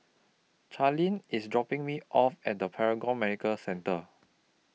Charline IS dropping Me off At Paragon Medical Centre